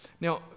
Now